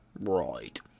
Right